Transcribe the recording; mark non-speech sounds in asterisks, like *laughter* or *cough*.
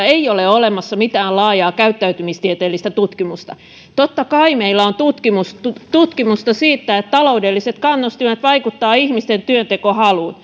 *unintelligible* ei ole olemassa mitään laajaa käyttäytymistieteellistä tutkimusta totta kai meillä on tutkimusta tutkimusta siitä että taloudelliset kannustimet vaikuttavat ihmisten työntekohaluun *unintelligible*